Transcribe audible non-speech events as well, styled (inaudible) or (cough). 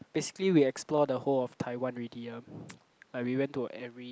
basically we explore the whole of Taiwan already ah (noise) like we went to every